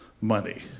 money